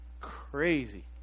Crazy